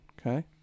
Okay